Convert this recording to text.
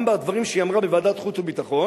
גם בדברים שהיא אמרה בוועדת חוץ וביטחון,